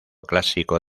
clásico